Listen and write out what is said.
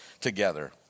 together